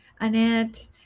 Annette